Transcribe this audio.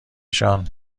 نشان